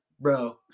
bro